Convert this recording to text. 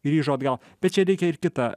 grįžo atgal bet čia reikia ir kita